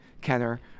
Kenner